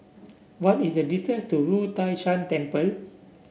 what is the distance to Wu Tai Shan Temple